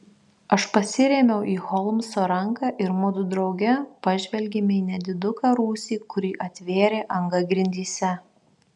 aš pasirėmiau į holmso ranką ir mudu drauge pažvelgėme į nediduką rūsį kurį atvėrė anga grindyse